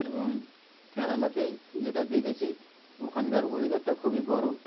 এবং কেরালাতে যেটা দেখেছি ওখানকার ওয়েদারটা খুবই গরম